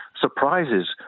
surprises